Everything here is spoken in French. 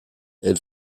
elle